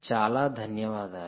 చాలా ధన్యవాదాలు